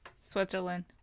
Switzerland